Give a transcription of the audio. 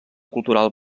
cultural